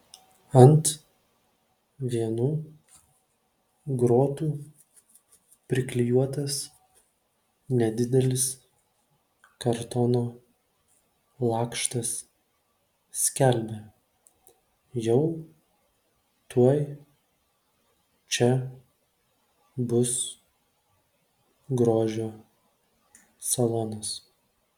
ant vienų grotų priklijuotas nedidelis kartono lakštas skelbia jau tuoj čia bus grožio salonas